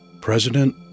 President